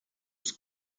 was